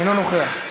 אינו נוכח,